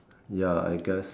ya I guess